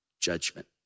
judgment